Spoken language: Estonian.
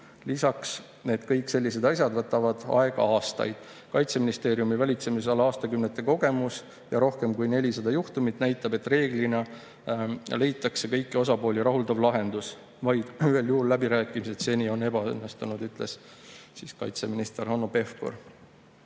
lisades, et kõik sellised asjad võtavad aega aastaid. "Kaitseministeeriumi valitsemisala aastakümnete kogemus ja rohkem kui 400 juhtumit näitab, et reeglina leitakse kõiki osapooli rahuldav lahendus. Vaid ühel juhul on läbirääkimised seni ebaõnnestunud," ütles kaitseminister Hanno